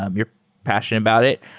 um you're passionate about it,